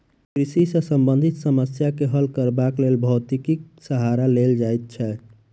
कृषि सॅ संबंधित समस्या के हल करबाक लेल भौतिकीक सहारा लेल जाइत छै